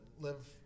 live